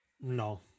No